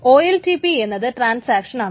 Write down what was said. OLTP എന്നത് ട്രാൻസാക്ഷനാണ്